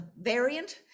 variant